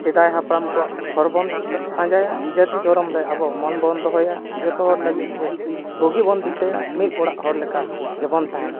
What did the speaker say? ᱥᱮᱫᱟᱭ ᱦᱟᱯᱲᱟᱢ ᱠᱚᱣᱟᱜ ᱦᱚᱨ ᱵᱚᱱ ᱯᱟᱸᱡᱟᱭᱟ ᱡᱟᱹᱛᱤ ᱫᱷᱚᱨᱚᱢ ᱨᱮ ᱟᱵᱚ ᱢᱚᱱ ᱵᱚᱱ ᱫᱚᱦᱚᱭᱟ ᱡᱚᱛᱚ ᱦᱚᱲ ᱞᱟᱹᱜᱤᱫ ᱜᱮ ᱵᱩᱜᱤ ᱵᱚᱱ ᱫᱤᱥᱟᱹᱭᱟ ᱢᱤᱫ ᱚᱲᱟᱜ ᱦᱚᱲ ᱞᱮᱠᱟ ᱜᱮᱵᱚᱱ ᱛᱟᱦᱮᱱᱟ